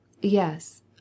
Yes